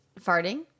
Farting